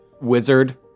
wizard